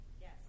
Yes